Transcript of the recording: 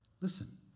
Listen